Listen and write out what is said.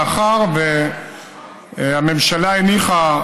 מאחר שהממשלה הניחה,